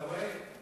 אתה רואה?